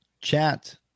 chat